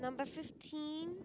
number fifteen